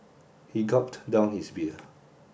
he gulped down his beer